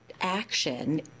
action